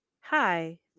hi